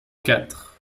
quatre